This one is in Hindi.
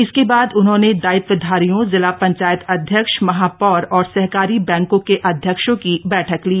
इसके बाद उन्होंने दायित्वधारियों जिला पंचायत अध्यक्ष महापौर और सहकारी बैंकों के अध्यक्षों की बैठक ली